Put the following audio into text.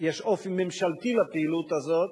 אופי ממשלתי לפעילות הזאת,